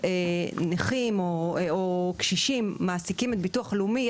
כשנכים או קשישים מעסיקים את הביטוח הלאומי,